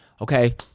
Okay